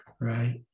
right